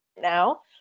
now